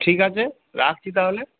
ঠিক আছে রাখছি তাহলে